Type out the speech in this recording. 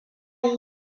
yi